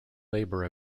labour